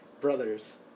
brothers